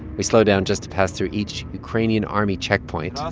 we slow down just to pass through each ukrainian army checkpoint